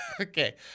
Okay